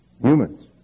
humans